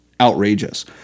outrageous